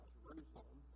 Jerusalem